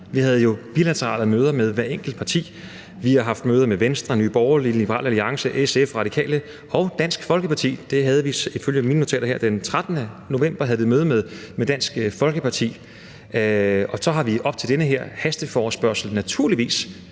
Vi havde jo bilaterale møder med hvert enkelt parti. Vi har haft møder med Venstre, Nye Borgerlige, Liberal Alliance, SF, Radikale og Dansk Folkeparti. Det havde vi ifølge mine notater her den 13. november; der havde vi møde med Dansk Folkeparti. Og så har vi op til den her hasteforespørgsel naturligvis